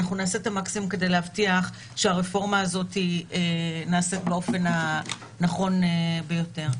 נעשה את המקסימום כדי להבטיח שהרפורמה הזאת נעשית באופן הנכון ביותר.